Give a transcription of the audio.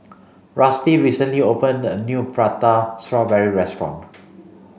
rusty recently opened a new Prata Strawberry restaurant